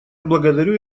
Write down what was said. благодарю